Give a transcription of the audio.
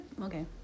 Okay